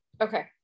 Okay